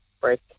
break